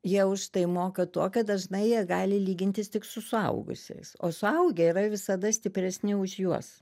jie už tai moka tokią dažnai jie gali lygintis tik su suaugusiais o suaugę yra visada stipresni už juos